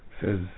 says